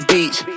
Beach